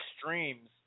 streams